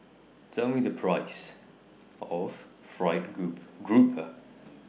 Tell Me The Price of Fried group Grouper